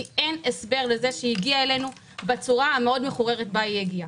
כי אין הסבר לזה שהיא הגיעה אלינו בצורה המאוד מחוררת שבה היא הגיעה.